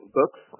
books